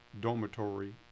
dormitory